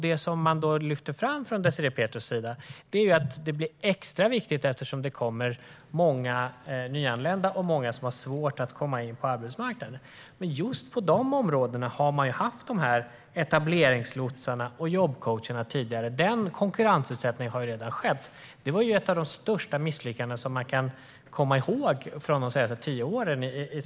Désirée Pethrus lyfter fram att detta blir extra viktigt eftersom det kommer många nyanlända och många som har svårt att komma in på arbetsmarknaden. Men just på de områdena har man ju haft etableringslotsar och jobbcoacher tidigare. Den konkurrensutsättningen har ju redan skett. Det var ju ett av de största misslyckandena i svensk statsförvaltning de senaste tio åren.